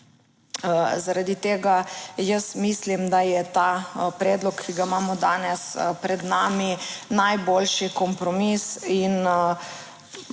Zaradi tega jaz mislim, da je ta predlog, ki ga imamo danes pred nami, najboljši kompromis in